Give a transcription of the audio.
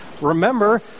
remember